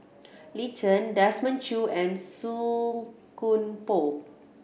Lin Chen Desmond Choo and Song Koon Poh